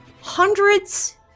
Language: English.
Hundreds